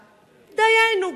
דיינו,